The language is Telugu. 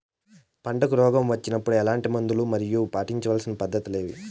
పంటకు రోగం వచ్చినప్పుడు ఎట్లాంటి మందులు మరియు పాటించాల్సిన పద్ధతులు ఏవి?